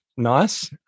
nice